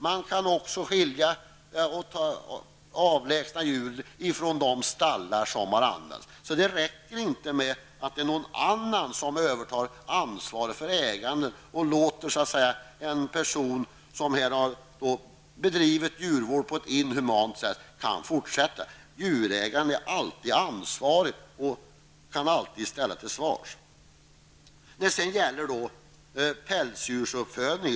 Man kan också avlägsna djur från de stallar som har använts. Så det räcker inte med att någon annan övertar ägandet och en person som har bedrivit djurvård på ett inhumant sätt ändå kan fortsätta med detta. Djurägaren är alltid ansvarig och kan alltid ställas till svars. Det finns också en reservation om pälsdjursuppfödning.